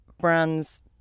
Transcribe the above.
brands